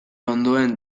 ondoen